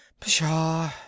Pshaw